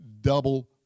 double